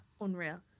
unreal